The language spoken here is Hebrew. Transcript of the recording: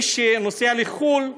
מי שנוסע לחו"ל,